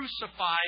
crucified